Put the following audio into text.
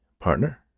partner